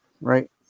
Right